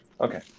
Okay